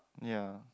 ya